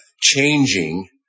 changing